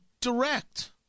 direct